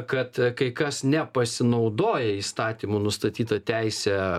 kad kai kas nepasinaudoja įstatymų nustatyta teise